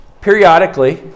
Periodically